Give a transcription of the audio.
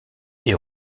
est